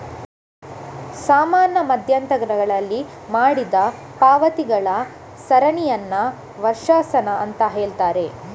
ಸಮಾನ ಮಧ್ಯಂತರಗಳಲ್ಲಿ ಮಾಡಿದ ಪಾವತಿಗಳ ಸರಣಿಯನ್ನ ವರ್ಷಾಶನ ಅಂತ ಹೇಳ್ತಾರೆ